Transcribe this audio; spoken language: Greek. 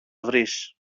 βρεις